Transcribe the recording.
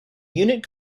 unit